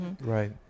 Right